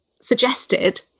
suggested